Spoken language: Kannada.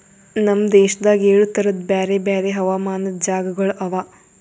ನಮ್ ದೇಶದಾಗ್ ಏಳು ತರದ್ ಬ್ಯಾರೆ ಬ್ಯಾರೆ ಹವಾಮಾನದ್ ಜಾಗಗೊಳ್ ಅವಾ